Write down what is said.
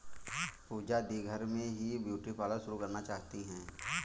पूजा दी घर में ही ब्यूटी पार्लर शुरू करना चाहती है